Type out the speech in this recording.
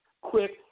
quick